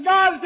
God